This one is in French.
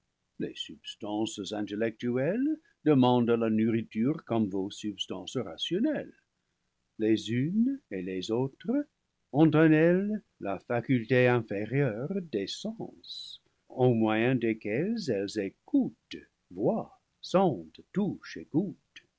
les substances in tellectuelles demandent la nourriture comme vos substances rationnelles les unes et les autres ont en elles la faculté in férieure des sens au moyen desquels ells écoutent voient sen